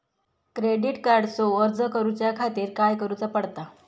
Credit कार्डचो अर्ज करुच्या खातीर काय करूचा पडता?